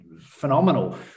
phenomenal